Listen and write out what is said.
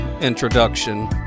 introduction